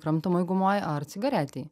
kramtomoj gumoj ar cigaretėj